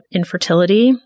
infertility